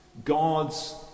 God's